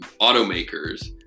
automakers